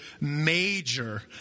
major